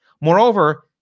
Moreover